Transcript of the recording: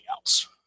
else